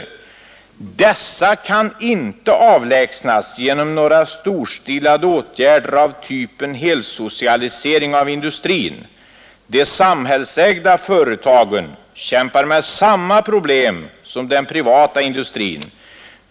Dessa kan inte avlägsnas genom några storstilade åtgärder av typen helsocialisering av industrin. De samhällsägda företagen kämpar med samma problem som den privata industrin.